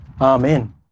amen